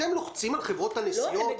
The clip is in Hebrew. אתם לוחצים על חברות הנסיעות?